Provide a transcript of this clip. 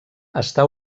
està